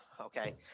Okay